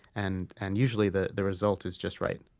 and and usually the the result is just right